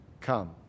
come